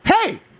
Hey